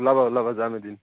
ওলাব ওলাব যাম এদিন